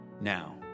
Now